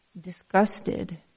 disgusted